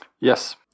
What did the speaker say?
Yes